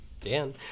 Dan